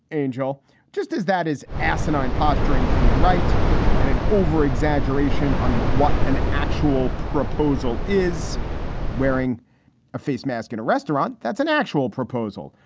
angel just as that is asinine posturing from the right and an overexaggeration on what an actual proposal is wearing a facemask in a restaurant. that's an actual proposal,